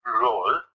role